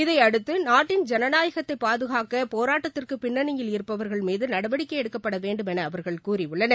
இதையடுத்து நாட்டின் ஜனநாயகத்தை பாதுகாக்க போராட்டத்திற்கு பின்னணியில் இருப்பவர்கள் மீது நடவடிக்கை எடுக்கப்பட வேண்டுமென அவா்கள் கூறியுள்ளனர்